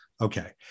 okay